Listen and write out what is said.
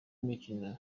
imikino